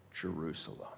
Jerusalem